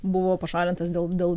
buvo pašalintas dėl dėl